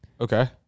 okay